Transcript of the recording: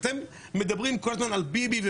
אתם כל הזמן מדברים על ביבי.